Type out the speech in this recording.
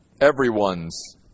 everyone's